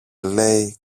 λέει